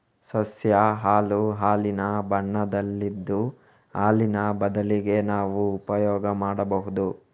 ಸಸ್ಯ ಹಾಲು ಹಾಲಿನ ಬಣ್ಣದಲ್ಲಿದ್ದು ಹಾಲಿನ ಬದಲಿಗೆ ನಾವು ಉಪಯೋಗ ಮಾಡ್ಬಹುದು